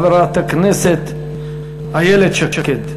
חברת הכנסת איילת שקד.